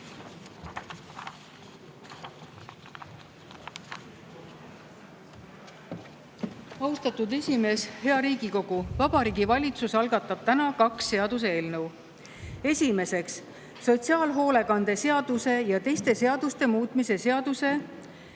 Austatud esimees! Hea Riigikogu! Vabariigi Valitsus algatab täna kaks seaduseelnõu. Esiteks, sotsiaalhoolekande seaduse ja teiste seaduste muutmise seaduse